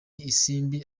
isimbi